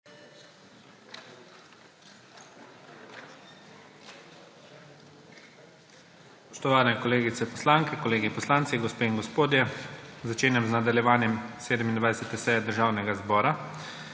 Spoštovani kolegice poslanke, kolegi poslanci, gospe in gospodje! Začenjam z nadaljevanjem 27. seje Državnega zbora.